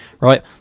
right